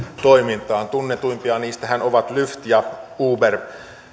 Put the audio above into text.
toimintaan tunnetuimpia niistähän ovat lyft ja uber